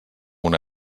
una